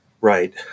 right